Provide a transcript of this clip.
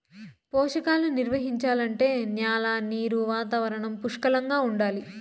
పోషకాలు నిర్వహించాలంటే న్యాల నీరు వాతావరణం పుష్కలంగా ఉండాలి